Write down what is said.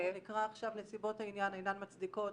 הוא נקרא עכשיו נסיבות העניין אינן מצדיקות